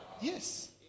yes